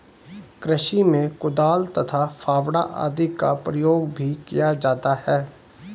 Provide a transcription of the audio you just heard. कृषि में कुदाल तथा फावड़ा आदि का प्रयोग भी किया जाता है